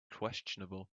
questionable